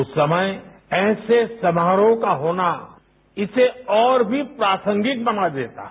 उस समय ऐसे समारोह का होना इसे और भी प्रासंगिक बना देता है